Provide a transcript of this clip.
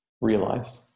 realized